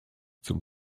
zum